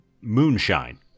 moonshine